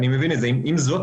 אם זאת